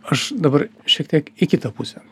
aš dabar šiek tiek į kitą pusę